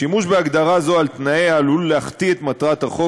שימוש בהגדרה זו על תנאיה עלול להחטיא את מטרת החוק,